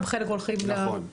חלק הולכים ל- -- נכון,